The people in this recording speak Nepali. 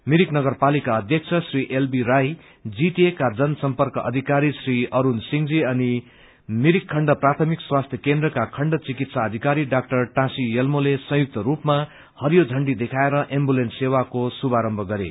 मिरिक नगरपालिका अध्यक्ष श्री एलबी राई जीटिएका जन सम्प्रक अधिकारी श्री अरूण सिंजी अनि मिरिक खण्ड प्राथमिक स्वास्थ्य केन्द्रका खण्ड चिकित्सा अधिकारी डडाक्टर टाँसी लामाले संयुक्त रूपमा हरियो झण्डा देखएर एम्बुलेन्स सेवाको शुभारम्भ गरे